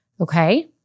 okay